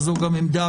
זאת גם עמדת,